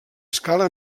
escala